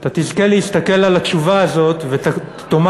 אתה תזכה להסתכל על התשובה הזאת ותאמר